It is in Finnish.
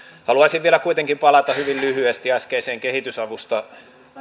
haluaisin vielä kuitenkin palata hyvin lyhyesti äskeiseen kehitysavusta